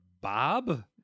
Bob